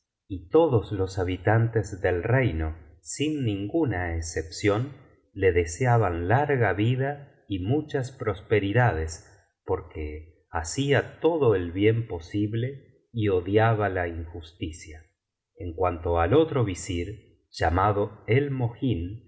y todos los habitantes del reino sin ninguna excepción le deseaban larga vida y muchas prosperidades porque hacía todo el bien posible y odiaba la injusticia en cuanto al otro visir llamado el mohin era